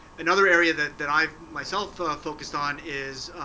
another area that that i've, myself, ah focused on is